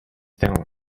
town